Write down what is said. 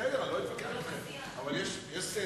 בסדר, אני לא אתווכח אתכם, אבל יש סדר.